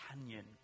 canyon